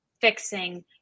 fixing